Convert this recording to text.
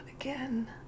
again